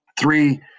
three